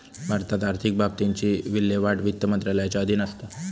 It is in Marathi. भारतात आर्थिक बाबतींची विल्हेवाट वित्त मंत्रालयाच्या अधीन असता